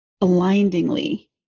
blindingly